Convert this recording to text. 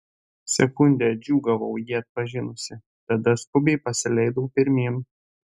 sekundę džiūgavau jį atpažinusi tada skubiai pasileidau pirmyn